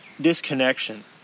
disconnection